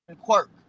quirk